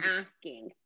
asking